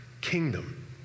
kingdom